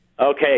Okay